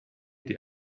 die